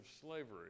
slavery